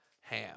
ham